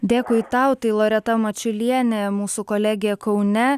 dėkui tau tai loreta mačiulienė mūsų kolegė kaune